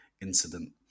incident